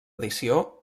edició